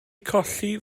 colli